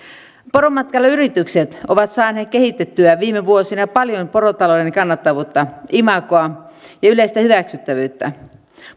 poromatkailuyritykset ovat saaneet kehitettyä viime vuosina paljon porotalouden kannattavuutta imagoa ja yleistä hyväksyttävyyttä